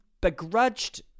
begrudged